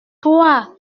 toi